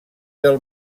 del